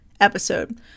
episode